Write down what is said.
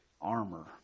armor